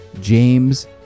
James